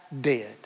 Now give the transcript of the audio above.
dead